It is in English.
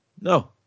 No